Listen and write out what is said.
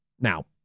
Now